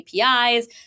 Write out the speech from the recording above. APIs